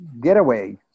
getaway